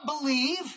believe